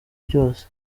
byose